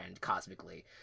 cosmically